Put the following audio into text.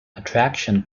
attraction